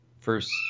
first